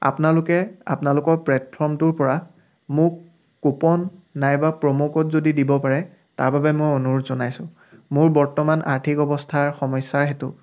আপোনালোকে আপোনালোকৰ প্লেটফৰ্মটোৰ পৰা মোক কোপন নাইবা প্ৰ'মক'ড যদি দিব পাৰে তাৰ বাবে মই অনুৰোধ জনাইছোঁ মোৰ বৰ্তমান আৰ্থিক অৱস্থাৰ সমস্যাৰ হেতু